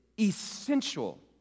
essential